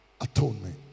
Atonement